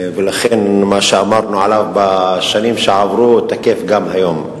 ולכן מה שאמרנו עליו בשנים שעברו תקף גם היום.